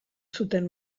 zuten